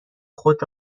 خود